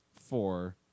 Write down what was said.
four